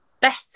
better